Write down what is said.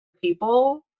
people